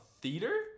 theater